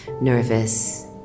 nervous